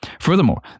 Furthermore